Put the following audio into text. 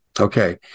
Okay